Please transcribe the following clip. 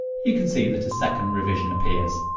you can see that a second revision appears.